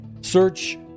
Search